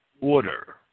order